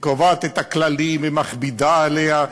שקובעת את הכללים ומכבידה עליו,